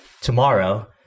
tomorrow